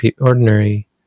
ordinary